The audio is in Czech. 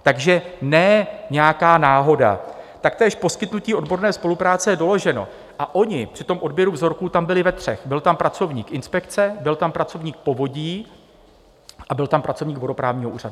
Takže ne nějaká náhoda, taktéž poskytnutí odborné spolupráce je doloženo, oni při odběru vzorků tam byli ve třech: byl tam pracovník inspekce, byl tam pracovník Povodí a byl tam pracovník vodoprávního úřadu.